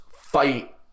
fight